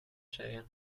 tjejen